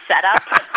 setup